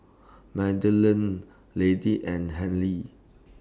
Madeleine Lady and Harley